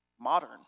modern